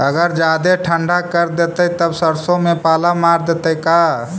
अगर जादे ठंडा कर देतै तब सरसों में पाला मार देतै का?